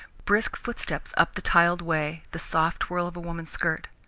brisk footsteps up the tiled way, the soft swirl of a woman's skirt.